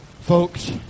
Folks